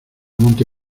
monte